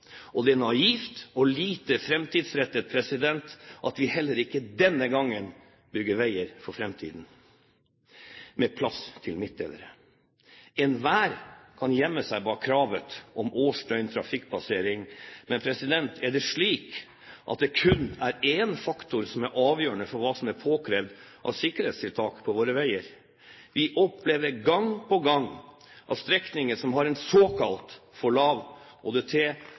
Og det er naivt, og lite framtidsrettet, at vi heller ikke denne gangen bygger veier for framtiden, med plass til midtdelere. Enhver kan gjemme seg bak kravet om årsdøgn-trafikkpassering. Men er det slik at det kun er én faktor som er avgjørende for hva som er påkrevd av sikkerhetstiltak på våre veier? Vi opplever gang på gang at strekninger som har en såkalt for lav